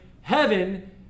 heaven